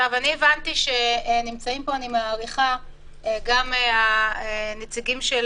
אני הבנתי שנמצאים כאן אני מעריכה גם הנציגים של